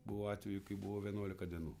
buvo atvejų kai buvo vienuolika dienų